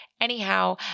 Anyhow